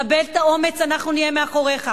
קבל את האומץ, אנחנו נהיה מאחוריך.